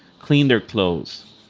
clean their clothes.